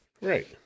Right